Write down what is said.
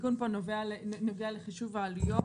בגלל חישוב העלויות.